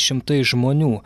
šimtai žmonių